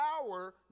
power